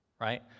right